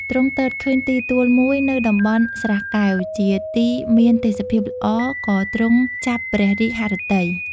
ទ្រង់ទតឃើញទីទួលមួយនៅតំបន់ស្រះកែវ ជាទីមានទេសភាពល្អ ក៏ទ្រង់ចាប់ព្រះរាជហឫទ័យ